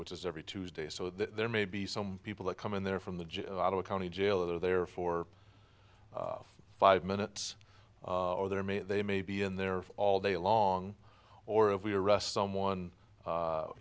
which is every tuesday so there may be some people that come in there from the git out of the county jail or there for five minutes or there may they may be in there all day long or if we arrest someone